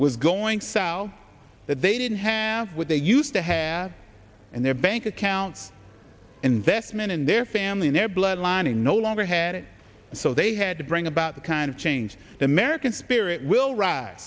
was going sell that they didn't have what they used to have in their bank accounts investment in their family and their bloodline and no longer had it so they had to bring about the kind of change the american spirit will rise